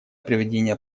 проведения